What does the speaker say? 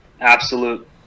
absolute